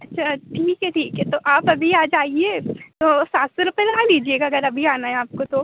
अच्छा ठीक है ठीक है तो आप अभी आ जाइए तो सात सौ रुपए लगा लीजिएगा अगर अभी आना है आपको तो